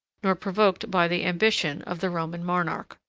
nor provoked by the ambition, of the roman monarch.